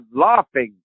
laughing